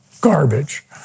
garbage